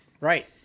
Right